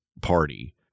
party